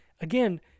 again